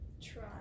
Try